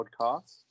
podcast